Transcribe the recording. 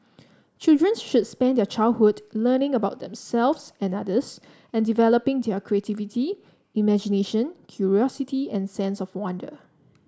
children should spend their childhood learning about themselves and others and developing their creativity imagination curiosity and sense of wonder